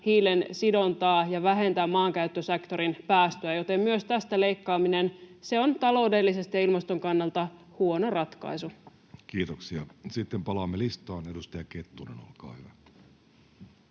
hiilen sidontaa ja vähentää maankäyttösektorin päästöjä, joten myös tästä leikkaaminen on taloudellisesti ja ilmaston kannalta huono ratkaisu. Kiitoksia. — Sitten palaamme listaan. — Edustaja Kettunen, olkaa hyvä.